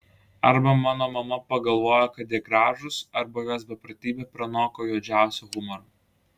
arba mano mama pagalvojo kad jie gražūs arba jos beprotybė pranoko juodžiausią humorą